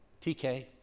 TK